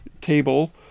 table